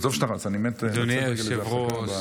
זה טוב שאתה רץ, אני מת לצאת רגע לאיזו הפסקה.